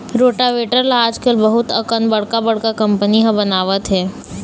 rotavator ल आजकाल बहुत अकन बड़का बड़का कंपनी ह बनावत हे